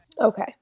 Okay